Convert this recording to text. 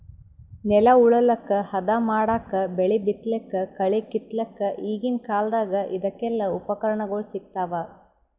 ನೆಲ ಉಳಲಕ್ಕ್ ಹದಾ ಮಾಡಕ್ಕಾ ಬೆಳಿ ಬಿತ್ತಲಕ್ಕ್ ಕಳಿ ಕಿತ್ತಲಕ್ಕ್ ಈಗಿನ್ ಕಾಲ್ದಗ್ ಇದಕೆಲ್ಲಾ ಉಪಕರಣಗೊಳ್ ಸಿಗ್ತಾವ್